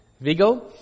Vigo